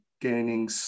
gaining